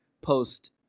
post